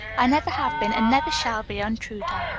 i never have been, and never shall be, untrue to her.